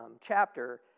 chapter